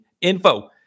info